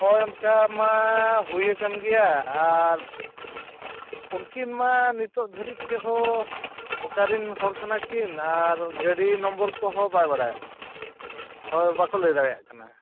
ᱦᱳᱭ ᱚᱱᱠᱟᱢᱟ ᱦᱩᱭ ᱟᱠᱟᱱ ᱜᱮᱭᱟ ᱟᱨ ᱩᱱᱠᱤᱱᱢᱟ ᱱᱤᱛᱳᱜ ᱫᱷᱟᱹᱨᱤᱡ ᱛᱮᱦᱚᱸ ᱚᱠᱟ ᱨᱮᱱ ᱦᱚᱲ ᱠᱟᱱᱟ ᱠᱤᱱ ᱟᱨ ᱜᱟᱹᱰᱤ ᱱᱚᱢᱵᱚᱨ ᱠᱚᱦᱚᱸ ᱵᱟᱭ ᱵᱟᱰᱟᱭᱚᱜ ᱠᱟᱱᱟ ᱦᱳᱭ ᱵᱟᱠᱚ ᱞᱟᱹᱭ ᱫᱟᱲᱮᱭᱟᱜ ᱠᱟᱱᱟ